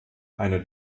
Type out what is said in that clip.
eine